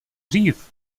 dřív